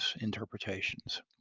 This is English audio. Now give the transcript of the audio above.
interpretations